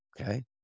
Okay